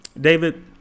David